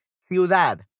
Ciudad